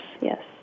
yes